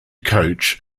coach